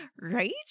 Right